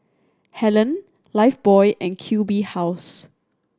Helen Lifebuoy and Q B House